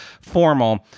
formal